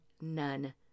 none